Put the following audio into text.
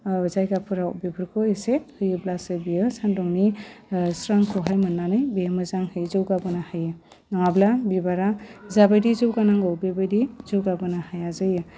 जायगाफोराव बिफोरखौ एसे होयोब्लासो बियो सानदुंनि ओह स्रांखौहाय मोन्नानै बियो मोजाङै जौगाबोनो हायो नङाब्ला बिबारा जाबादि जौगानांगौ बिबायदि जौगाबोनो हाया जायो